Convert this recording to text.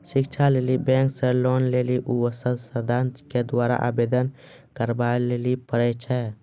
शिक्षा लेली बैंक से लोन लेली उ संस्थान के द्वारा आवेदन करबाबै लेली पर छै?